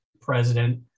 president